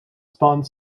spawned